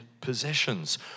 possessions